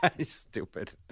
Stupid